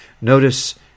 Notice